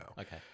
Okay